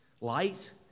light